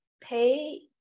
pay